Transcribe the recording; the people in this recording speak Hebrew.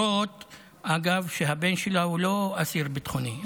למרות שהבן שלה לא אסיר ביטחוני,